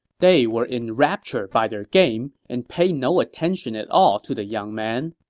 they were enraptured by their game and paid no attention at all to the young man.